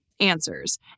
answers